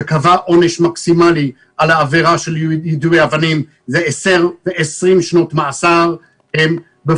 שקבעה עונש מקסימלי של 20 שנות מאסר על